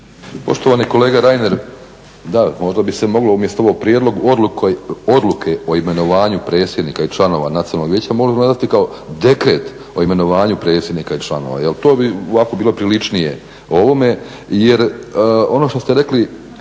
Poštovani kolega Reiner da možda bi se moglo umjesto ovog prijedlog Odluke o imenovanju predsjednika i članova Nacionalnog vijeća moglo nazvati kao dekret o imenovanju predsjednika i članova. Jer to bi ovako bilo priličnije ovome jer ono što ste rekli